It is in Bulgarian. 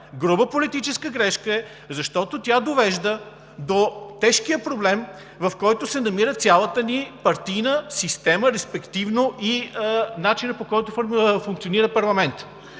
Груба политическа грешка е, защото тя довежда до тежкия проблем, в който се намира цялата ни партийна система, респективно и в начина, по който функционира парламентът.